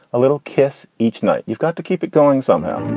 a little kiss each night. you've got to keep it going somehow